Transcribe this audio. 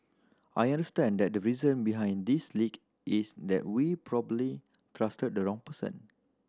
I understand that the reason behind this leak is that we probably trusted the wrong person